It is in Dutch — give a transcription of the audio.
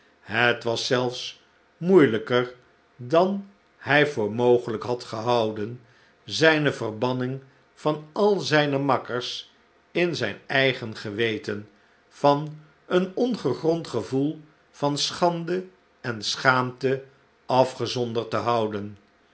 het was zelfs moeielijker dan hij voor mogelijk had gehouden zijne verbanning van al zijne makkers in zijn eigen geweten van een ongegrond gevoel van schande en schaamte afgezonderd te houden